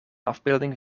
afbeelding